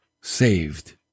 saved